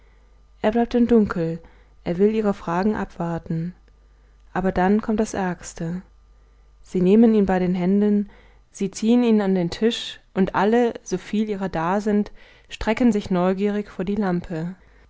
er bleibt im dunkel er will ihre fragen abwarten aber dann kommt das ärgste sie nehmen ihn bei den händen sie ziehen ihn an den tisch und alle soviel ihrer da sind strecken sich neugierig vor die lampe